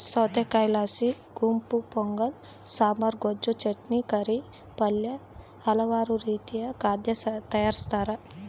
ಸೌತೆಕಾಯಿಲಾಸಿ ಗುಂತಪೊಂಗಲ ಸಾಂಬಾರ್, ಗೊಜ್ಜು, ಚಟ್ನಿ, ಕರಿ, ಪಲ್ಯ ಹಲವಾರು ರೀತಿಯ ಖಾದ್ಯ ತಯಾರಿಸ್ತಾರ